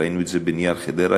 ראינו את זה ב"נייר חדרה".